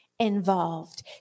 Involved